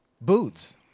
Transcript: Boots